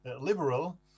Liberal